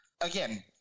again